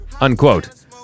Unquote